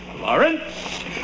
Lawrence